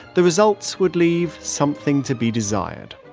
the results would leave something to be desired.